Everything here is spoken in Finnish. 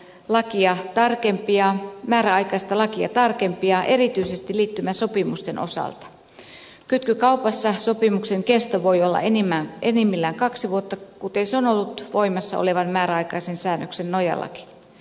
lakia tarkempia määräaikaista lakia tarkempia erityisesti liittymäsopimusten osalta kytkykaupassa sopimuksen kesto voi olla enimmän enimmillään kaksi vuotta kuten sanottu voimassa olevan määräaikaisen säännöksen nojalla